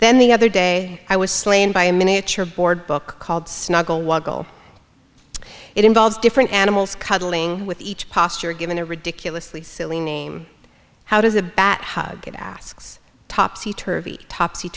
then the other day i was slain by a miniature board book called snuggle woggle it involves different animals cuddling with each posture given a ridiculously silly name how does a bat hug it asks topsy turvy topsy